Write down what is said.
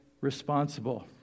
responsible